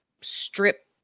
strip